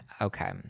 Okay